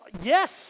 Yes